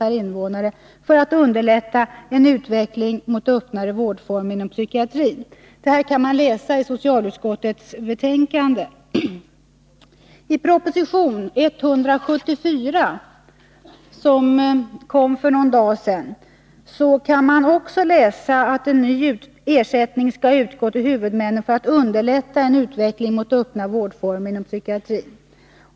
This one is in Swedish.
per invånare för att underlätta en utveckling mot öppnare vårdformer inom psykiatrin. — Detta kan man läsa i socialutskottets betänkande. I proposition 174, som lades fram för någon dag sedan, kan man också läsa att en ny ersättning skall utgå till huvudmännen för att underlätta en utveckling mot öppna vårdformer inom psykiatrin.